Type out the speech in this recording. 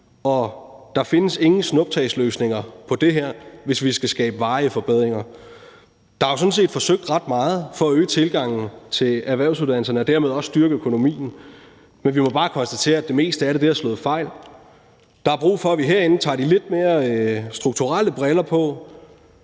og der findes ingen snuptagsløsninger på det her, hvis vi skal skabe varige forbedringer. Der er sådan set forsøgt ret meget for at øge tilgangen til erhvervsuddannelserne og dermed også styrke økonomien. Men vi må bare konstatere, at det meste af det har slået fejl. Der er brug for, at vi herinde tager de lidt mere strukturelle briller på.